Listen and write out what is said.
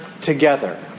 together